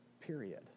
period